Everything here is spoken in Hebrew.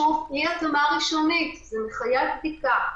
שוב, אי-התאמה ראשונית, זה מחייב בדיקה.